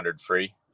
free